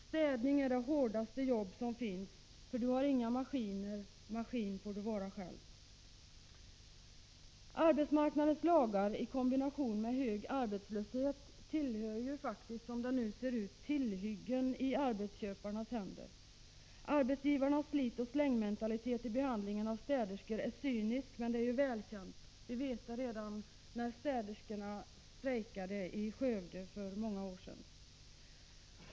Städning är det hårdaste jobb som finns för du har inga maskiner, maskin får du vara själv.” Arbetsmarknadens lagar i kombination med hög arbetslöshet ingår som det nu ser ut bland tillhyggena i arbetsköparnas händer. Arbetsgivarnas slit-och-släng-mentalitet i behandlingen av städerskor är cynisk men är välkänd redan från den tid då städerskorna i Skövde strejkade för många år sedan.